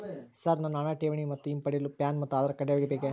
Sir ಹಣ ಠೇವಣಿ ಮತ್ತು ಹಿಂಪಡೆಯಲು ಪ್ಯಾನ್ ಮತ್ತು ಆಧಾರ್ ಕಡ್ಡಾಯವಾಗಿ ಬೇಕೆ?